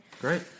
great